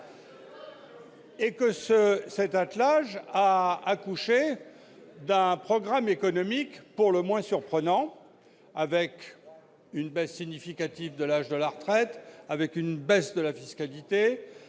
! Cet attelage a accouché d'un programme économique pour le moins surprenant, avec une baisse significative de l'âge de la retraite, une baisse de la fiscalité